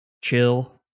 chill